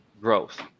growth